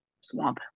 swamp